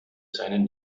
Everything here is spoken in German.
seinen